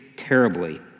terribly